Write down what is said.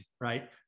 right